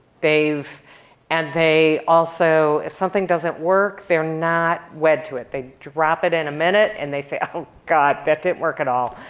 and they also if something doesn't work, they're not wed to it. they drop it in a minute, and they say, oh god, that didn't work at all.